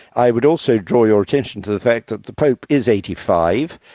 i would also draw your attention to the fact that the pope is eighty five.